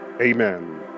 amen